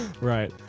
Right